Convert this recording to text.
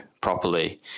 properly